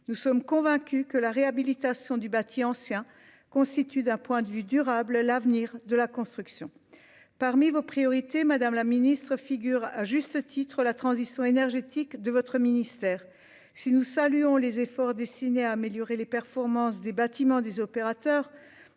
nous sommes convaincus que la réhabilitation du bâti ancien constituent d'un point de vue durable, l'avenir de la construction, parmi vos priorités, Madame la Ministre, figure à juste titre la transition énergétique de votre ministère si nous saluons les efforts destinés à améliorer les performances des bâtiments, des opérateurs,